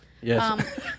yes